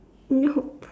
nope